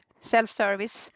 self-service